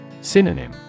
Synonym